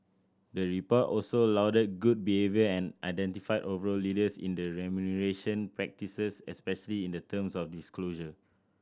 the report also lauded good behaviour and identified overall leaders in remuneration practices especially in the terms of disclosure